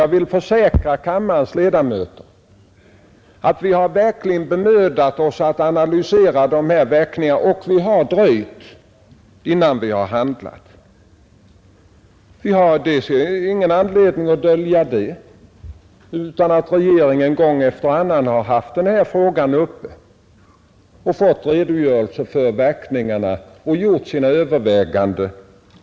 Jag vill emellertid försäkra kammarens ledamöter att vi verkligen har bemödat oss om att analysera verkningarna och vi har dröjt med att ingripa. Det finns ingen anledning att dölja att regeringen gång efter annan har diskuterat denna fråga, fått redogörelser för verkningarna och gjort sina överväganden.